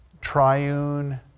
triune